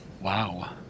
Wow